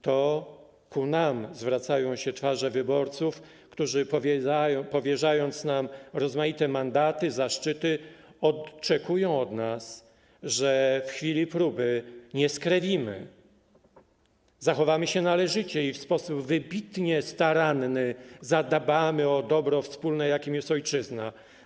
To ku nam zwracają się twarze wyborców, którzy powierzając nam rozmaite mandaty i zaszczyty, oczekują od nas, że w chwili próby nie skrewimy, zachowamy się należycie i w sposób wybitnie staranny zadbamy o dobro wspólne, jakim jest ojczyzna.